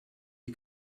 you